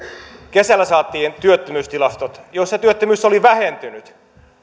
kesällä saatiin työttömyystilastot joissa työttömyys oli vähentynyt